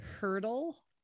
hurdle